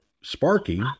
Sparky